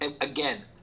again